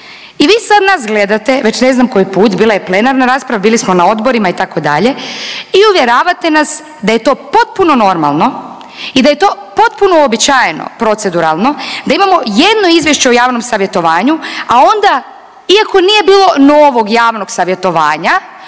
I vi sad nas gledate već ne znam koji put, bila je plenarna rasprava, bili smo na odborima itd. i uvjeravate nas da je to potpuno normalno i da je to potpuno uobičajeno proceduralno, da imamo jedno izvješće o javnom savjetovanju, a onda iako nije bilo novog javnog savjetovanja